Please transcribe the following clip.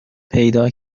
پیدا